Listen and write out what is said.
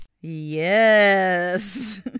Yes